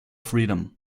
freedom